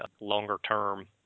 longer-term